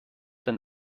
denn